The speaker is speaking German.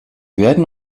werden